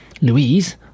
Louise